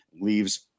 leaves